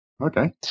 okay